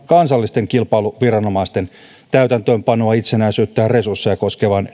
kansallisten kilpailuviranomaisten täytäntöönpanoa itsenäisyyttä ja resursseja koskevan